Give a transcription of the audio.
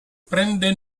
prende